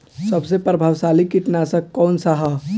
सबसे प्रभावशाली कीटनाशक कउन सा ह?